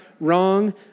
wrong